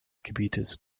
gebietes